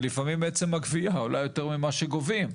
לפעמים בעצם הגבייה עולה יותר ממה שגובים.